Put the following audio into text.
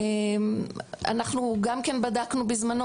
אנחנו גם בדקנו בזמנו,